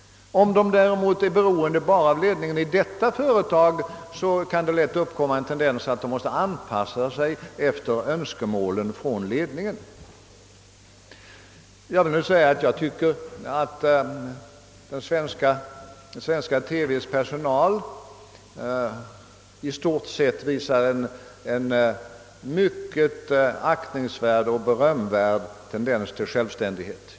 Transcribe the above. Om personalen däremot enbart är beroende av ledningen i detta företag, kan lätt en tendens till överdriven anpassning efter önskemål från ledningen uppkomma. Jag tycker att den svenska televisionens personal i stort sett visar en aktningsvärd och berömvärd tendens till självständighet.